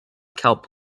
kelp